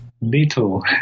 little